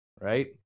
right